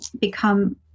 become